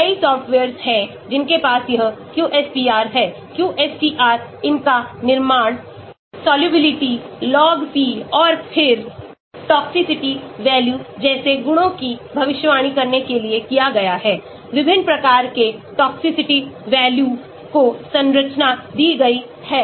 कई सॉफ्टवेयर्स हैं जिनके पास यह QSPR हैQSTR इनका निर्माण सॉल्यूबिलिटी log P और फिर टॉक्सिसिटी वैल्यू जैसे गुणों की भविष्यवाणी करने के लिए किया गया है विभिन्न प्रकार के टॉक्सिसिटी वैल्यू को संरचना दी गई है